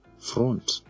front